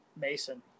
Mason